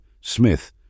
smith